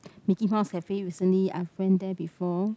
Mickey Mouse cafe recently I've went there before